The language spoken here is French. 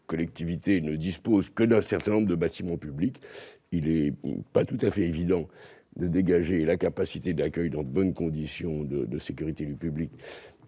ne dispose que d'un certain nombre de bâtiments publics, il n'est pas forcément évident de dégager la capacité d'accueil nécessaire dans de bonnes conditions de sécurité pour le public,